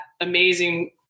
amazing